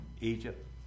Egypt